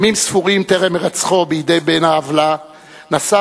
ימים ספורים טרם הירצחו בידי אותו בן-עוולה נשא